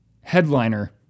Headliner